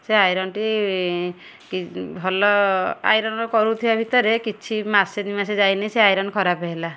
ସେ ଆଇରନ୍ଟି ଭଲ ଆଇରନ୍ କରୁଥିବା ଭିତରେ କିଛି ମାସେ ଦୁଇମାସେ ଯାଇନି ସେ ଆଇରନ୍ ଖରାପ ହେଲା